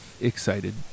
excited